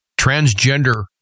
transgender